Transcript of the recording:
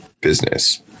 business